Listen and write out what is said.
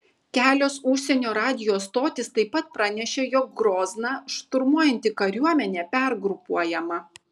kelios užsienio radijo stotys taip pat pranešė jog grozną šturmuojanti kariuomenė pergrupuojama